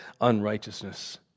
unrighteousness